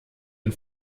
den